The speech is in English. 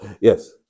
Yes